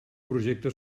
projecte